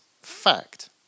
Fact